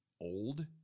old